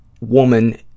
woman